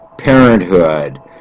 parenthood